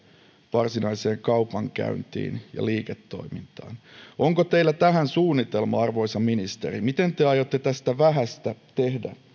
varsinaiseen kaupankäyntiin ja liiketoimintaan onko teillä tähän suunnitelmaa arvoisa ministeri miten te aiotte tästä vähästä tehdä